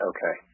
Okay